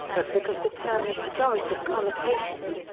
but because the term has pejorative connotations,